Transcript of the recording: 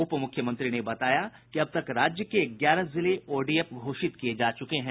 उप मुख्यमंत्री ने बताया कि अब तक राज्य के ग्यारह जिले ओडीएफ घोषित किए जा चुके हैं